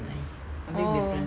oh